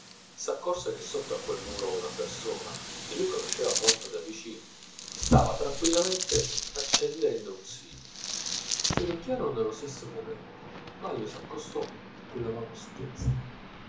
s'accorse che sotto a quel muro una persona che lui conosceva molto da vicino stava tranquillamente accendendo un sigaro si adocchiarono nello stesso momento manlio s'accostò con la mano stesa